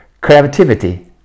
Creativity